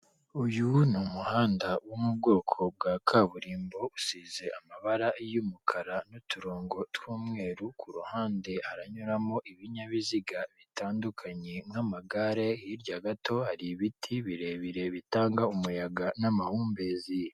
Uyu ni umuhanda wo mu bwoko bwa kaburimbo usize amabara y'umukara n'uturongo tw'umweru ku ruhande haranyuramo ibinyabiziga bitandukanye nk'amagare, hirya gato hari ibiti birebire bitanga umuyaga n'amahumbezi.